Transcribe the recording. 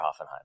Hoffenheim